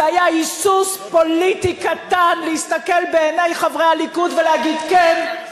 זה היה היסוס פוליטי קטן להסתכל בעיני חברי הליכוד ולהגיד: כן,